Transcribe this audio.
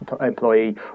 employee